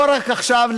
ולא רק עכשיו,